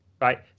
right